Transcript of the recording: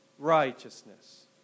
righteousness